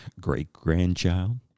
great-grandchild